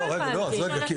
לא הבנתי.